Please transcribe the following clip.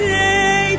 day